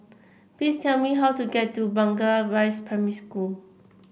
please tell me how to get to Blangah Rise Primary School